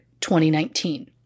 2019